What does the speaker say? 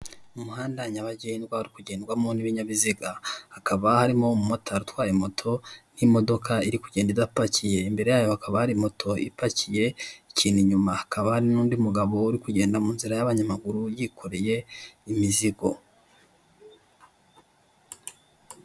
Umuhanda nyabagendwa uri kugendwamo n'ibinyabiziga, hakaba harimo umumotari utware moto, n'imodoka iri kugenda idapakiye. Imbere yayo hakaba hari moto itwaye ibintu inyuma. Hakaba hari n'undi mugabo uri kugenda mu nzira y'abanyamaguru yikoreye imizigo.